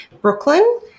Brooklyn